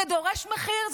זה דורש מחיר,